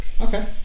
Okay